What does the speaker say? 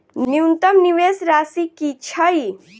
न्यूनतम निवेश राशि की छई?